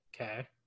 okay